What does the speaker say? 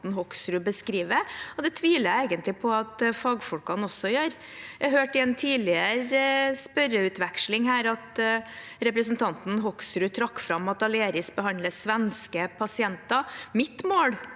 Hoksrud beskriver, og det tviler jeg egentlig på at fagfolkene gjør også. Jeg hørte i en tidligere replikkveksling her at representanten Hoksrud trakk fram at Aleris behandler svenske pasienter. Mitt mål